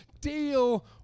deal